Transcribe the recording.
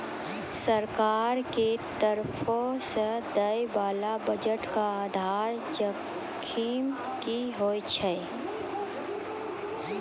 सरकार के तरफो से दै बाला बजट के आधार जोखिम कि होय छै?